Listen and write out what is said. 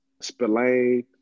Spillane